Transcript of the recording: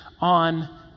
on